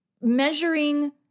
measuring